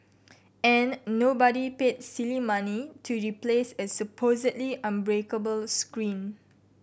and nobody paid silly money to replace a supposedly unbreakable screen